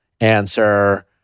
answer